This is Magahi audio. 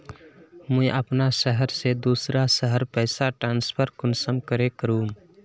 मुई अपना शहर से दूसरा शहर पैसा ट्रांसफर कुंसम करे करूम?